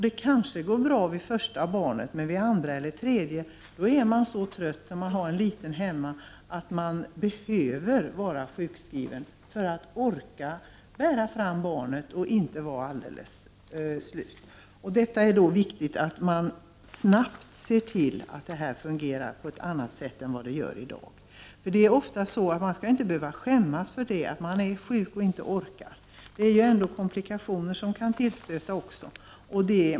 Det kanske går bra med det första barnet, men vid det andra eller tredje blir man så trött när det redan finns en liten hemma att man behöver vara sjukskriven för att orka bära fram barnet och inte bli alldeles slut. Det är viktigt att snabbt se till att detta kommer att fungera på ett annat sätt än vad det gör i dag. Man skall inte behöva skämmas över att man är sjuk och inte orkar. Komplikationer kan ju också tillstöta.